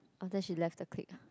orh then she left the clique